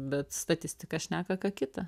bet statistika šneka ką kita